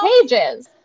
pages